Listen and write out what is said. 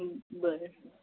बरं